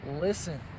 listen